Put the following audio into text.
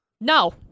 No